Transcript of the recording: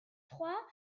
trois